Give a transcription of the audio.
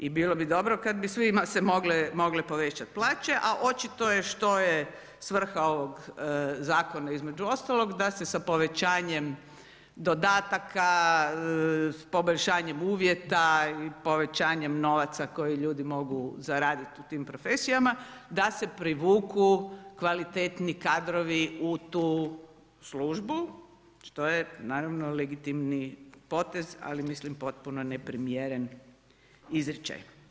I bilo bi dobro kad bi svima se mogle povećati plaće a očito je što je svrha ovog zakona između ostalog da se sa povećanjem dodataka, poboljšanjem uvjeta i povećanjem novaca koji ljudi mogu zaraditi u tim profesijama, da se privuku kvalitetni kadrovi u tu službu što je naravno legitimni potez ali mislim potpuno neprimjeren izričaj.